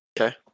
Okay